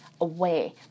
away